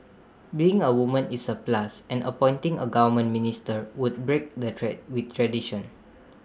being A woman is A plus and appointing A government minister would break the tray with tradition